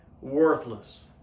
worthless